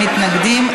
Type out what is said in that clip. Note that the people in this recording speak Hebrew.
מתנגדים,